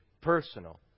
personal